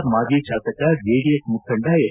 ಹಾಸನದ ಮಾಜಿ ಶಾಸಕ ಜೆಡಿಎಸ್ ಮುಖಂಡ ಎಚ್